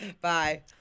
bye